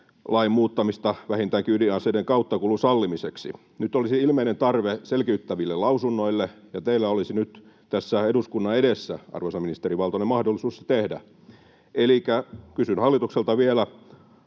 lain muuttamista vähintäänkin ydinaseiden kauttakulun sallimiseksi. Nyt olisi ilmeinen tarve selkiyttäville lausunnoille, ja teillä olisi nyt tässä eduskunnan edessä, arvoisa ministeri Valtonen, mahdollisuus se tehdä. Elikkä kysyn hallitukselta vielä: